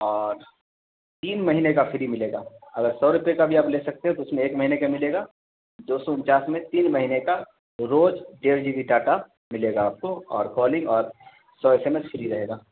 اور تین مہینے کا فری ملے گا اگر سو روپئے کا بھی آپ لے سکتے ہیں تو اس میں ایک مہینے کا ملے گا دو سو انچاس میں تین مہینے کا روز ڈیرھ جی بی ڈاٹا ملے گا آپ کو اور کالنگ اور سو ایس ایم ایس فری رہے گا